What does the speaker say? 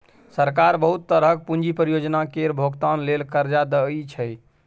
सरकार बहुत तरहक पूंजी परियोजना केर भोगतान लेल कर्जा दइ छै